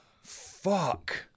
fuck